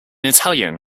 italian